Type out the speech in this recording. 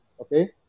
okay